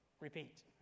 repeat